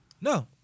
No